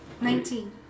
Nineteen